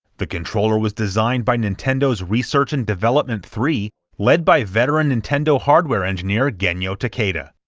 the controller was designed by nintendo's research and development three, led by veteran nintendo hardware engineer genyo takeda.